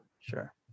Sure